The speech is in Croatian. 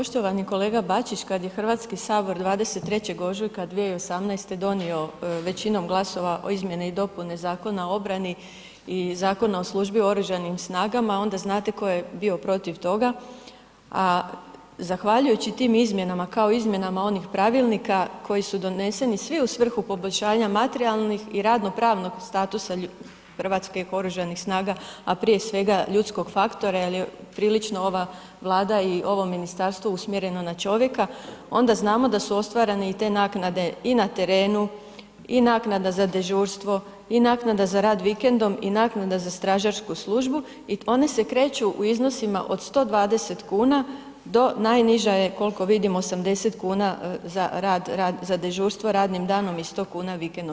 Poštovani kolega Bačić, kad je Hrvatski sabor 23. ožujka 2018. donio većinom glasova izmjene i dopune Zakona o obrani i Zakona o službi u oružanim snagama onda znate tko je bio protiv toga, a zahvaljujući tim izmjenama kao i izmjenama onih pravilnika koji su donesi svi u svrhu poboljšanja materijalnih i radno-pravnog statusa Hrvatskih oružanih snaga, a prije svega ljudskog faktora jer je prilično ova Vlada i ovo ministarstvo usmjereno na čovjeka, onda znamo i da su ostvarane i te naknade i na terenu i naknada za dežurstvo i naknada za rad vikendom i naknada za stražarsku službu i one se kreću u iznosima od 120 kuna do najniža je koliko vidim 80 kuna za rad, rad za dežurstvo radnim danom i 100 kuna vikendom.